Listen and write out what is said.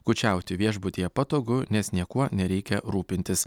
kūčiauti viešbutyje patogu nes niekuo nereikia rūpintis